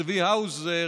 צבי האוזר,